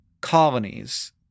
colonies